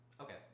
Okay